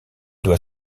doit